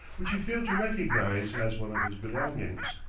which he failed to recognize as one of his belongings.